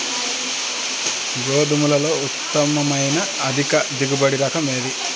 గోధుమలలో ఉత్తమమైన అధిక దిగుబడి రకం ఏది?